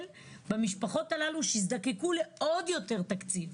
במשפחות הללו שזקוקות לעוד יותר תקציב.